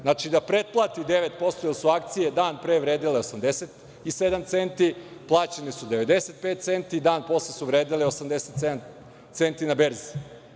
Znači, da pretplati 9%, jer su akcije dan pre vredele 87 centi, plaćenu su 95 centi, a dan posle su vredele 87 centi na berzi.